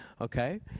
okay